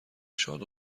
شاد